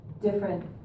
different